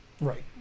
Right